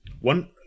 One